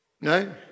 No